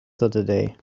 saturday